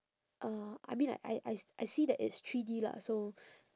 uh I mean like I I s~ I see that it's three D lah so